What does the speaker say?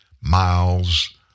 Miles